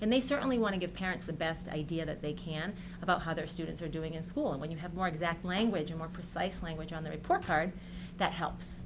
and they certainly want to give parents the best idea that they can about how their students are doing in school and when you have more exact language or more precise language on the report card that helps